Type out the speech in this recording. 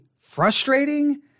frustrating